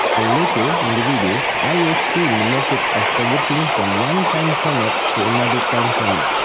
and, later in the video, i will explain the method of converting from one-time format to another time format.